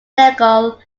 legal